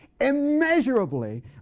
immeasurably